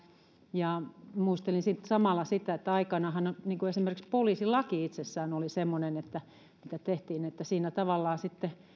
ja muistelin sitten samalla sitä että aikanaanhan esimerkiksi poliisilaki itsessään oli semmoinen että siinä tavallaan sitten